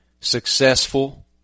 successful